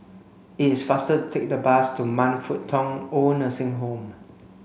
it's faster take the bus to Man Fut Tong Old Nursing Home